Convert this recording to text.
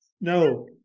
no